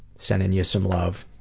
sending you some love.